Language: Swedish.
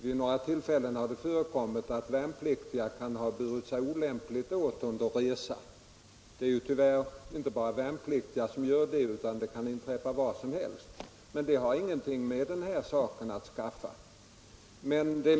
Vid några tillfällen har det förekommit att värnpliktiga burit sig olämpligt åt under resa — det är tyvärr inte bara värnpliktiga som gör så, utan sådant kan inträffa var som helst — men det har ingenting med den här saken att skaffa.